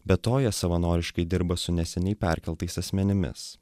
be to jie savanoriškai dirba su neseniai perkeltais asmenimis